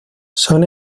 son